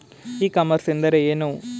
E commerce ಎಂದರೆ ಏನು?